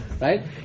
Right